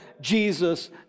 Jesus